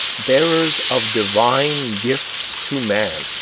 bearers of divine gifts to man,